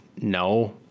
No